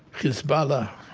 hezbollah.